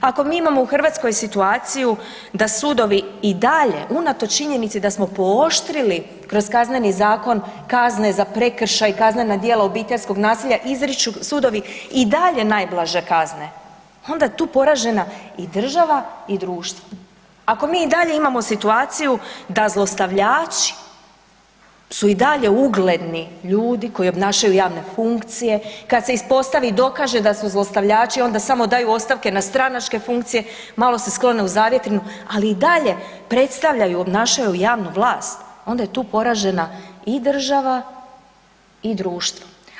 Ako mi imamo u Hrvatskoj situaciju da sudovi i dalje unatoč činjenici da smo pooštrili kroz Kazneni zakon kazne za prekršaj, kaznena djela obiteljskog nasilja izriču sudovi i dalje najblaže kazne, onda je tu poražena i država i društvo ako mi i dalje imamo situaciju da zlostavljači su i dalje ugledni ljudi koji obnašaju javne funkcije, kad se ispostavi i dokaže da su zlostavljači, onda samo daju ostavku na stranačke funkcije, malo se sklone u zavjetrinu, ali i dalje predstavljaju i obnašaju javnu vlast, onda je tu poražena i država i društvo.